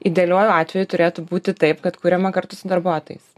idealiuoju atveju turėtų būti taip kad kuriama kartu su darbuotojais